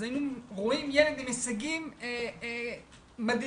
היינו רואים ילד עם הישגים מדהימים,